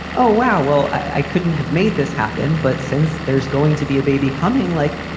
oh, wow, well, i couldn't have made this happen. but since there's going to be a baby coming, like,